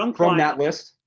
um from that list?